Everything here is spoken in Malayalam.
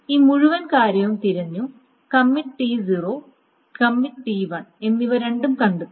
ഈ മുഴുവൻ കാര്യവും തിരഞ്ഞു കമ്മിറ്റ് T0 കമ്മിറ്റ് T1 എന്നിവ രണ്ടും കണ്ടെത്തി